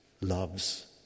loves